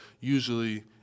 usually –